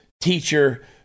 teacher